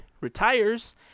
retires